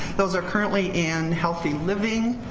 those are currently in healthy living,